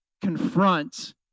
confront